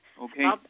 Okay